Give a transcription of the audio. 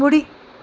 ॿुड़ी